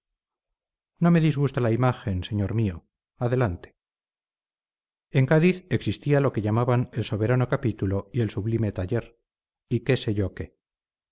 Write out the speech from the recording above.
no me disgusta la imagen señor mío adelante en cádiz existía lo que llamaban el soberano capítulo y el sublime taller y qué sé yo qué